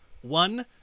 one